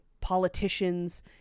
politicians